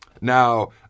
Now